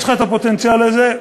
ויש לך פוטנציאל לזה,